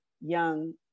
young